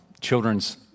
children's